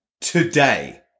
Today